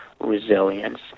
resilience